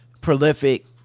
prolific